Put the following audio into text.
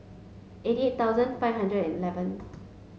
eighty eight thousand five hundred and eleven